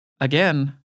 again